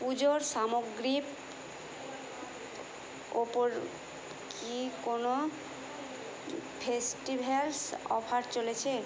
পুজোর সামগ্রীর ওপর কি কোনো ফেস্টিভ্যালস অফার চলেছে